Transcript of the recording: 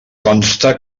consta